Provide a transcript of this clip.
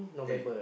eh